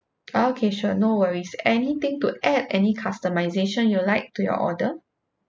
oh okay sure no worries anything to add any customization you would like to your order